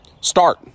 Start